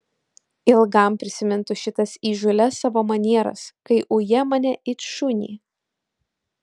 ilgam prisimintų šitas įžūlias savo manieras kai uja mane it šunį